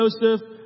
Joseph